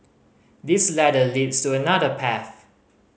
this ladder leads to another path